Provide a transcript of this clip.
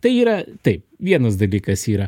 tai yra taip vienas dalykas yra